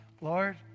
Lord